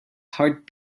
heart